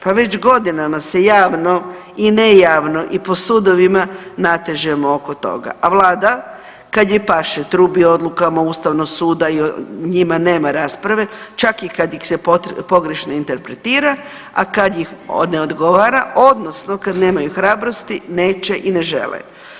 Pa već godinama se javno i nejavno i po sudovima natežemo oko toga, a Vlada kad njoj paše trubi odlukama Ustavnog suda, o njima nema rasprave čak i kad ih se pogrešno interpretira, a kad im ne odgovara, odnosno kad nemaju hrabrosti neće i ne žele.